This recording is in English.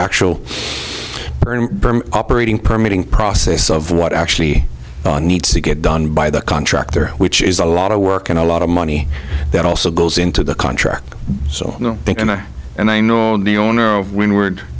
actual operating permitting process of what actually needs to get done by the contractor which is a lot of work and a lot of money that also goes into the contract so you know and i know the owner when w